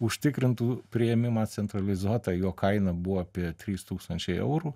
užtikrintų priėmimą centralizuota jo kaina buvo apie trys tūkstančiai eurų